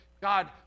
God